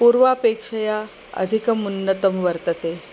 पूर्वापेक्षया अधिकम् उन्नतं वर्तते